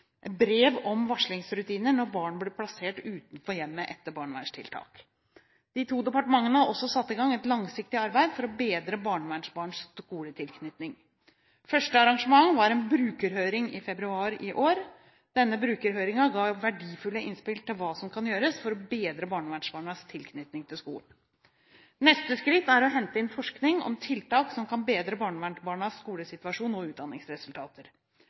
brev om varslingsrutiner når barn blir plassert utenfor hjemmet etter barnevernstiltak. De to departementene har også satt i gang et langsiktig arbeid for å bedre barnevernsbarns skoletilknytning. Første arrangement var en brukerhøring i februar i år. Denne brukerhøringen ga verdifulle innspill til hva som kan gjøres for å bedre barnevernsbarnas tilknytning til skolen. Neste skritt er å hente inn forskning om tiltak som kan bedre barnevernsbarnas skolesituasjon og utdanningsresultater.